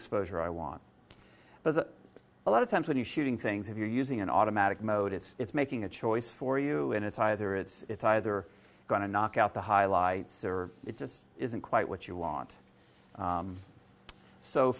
exposure i want but a lot of times when you're shooting things if you're using an automatic mode it's it's making a choice for you and it's either it's either going to knock out the highlights or it just isn't quite what you want